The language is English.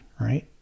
right